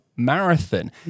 marathon